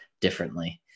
differently